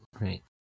right